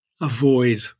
avoid